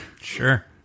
Sure